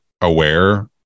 aware